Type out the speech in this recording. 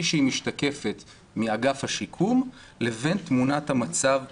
שהיא משתקפת מאגף השיקום לבין תמונת המצב במציאות.